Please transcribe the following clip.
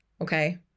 Okay